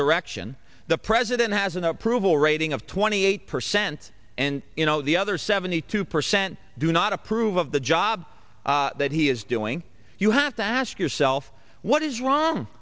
direction the president has an approval rating of twenty eight percent and you know the other seventy two percent do not approve of the job that he is doing you have to ask yourself what is wrong